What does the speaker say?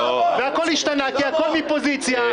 והכול השתנה, כי הכול מפוזיציה.